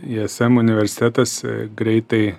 ism universitetas greitai